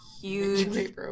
huge